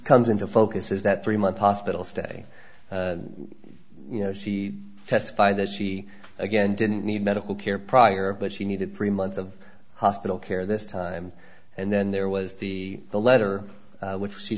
comes into focus is that three month hospital stay you know she testified that she again didn't need medical care prior but she needed three months of hospital care this time and then there was the the letter which she